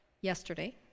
yesterday